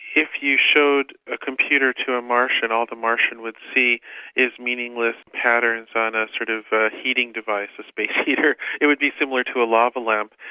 if you showed a computer to a martian all the martian would see is meaningless patterns on a sort of heating device, a space heater, it would be similar to a lava lamp.